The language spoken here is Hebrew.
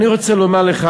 אני רוצה לומר לך,